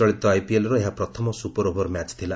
ଚଳିତ ଆଇପିଏଲ୍ର ଏହା ପ୍ରଥମ ସୁପର୍ ଓଭର୍ ମ୍ୟାଚ୍ ଥିଲା